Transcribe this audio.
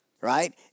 Right